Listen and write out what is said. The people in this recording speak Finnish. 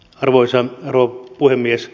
arvoisa rouva puhemies